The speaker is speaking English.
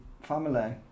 family